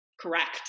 correct